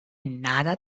nada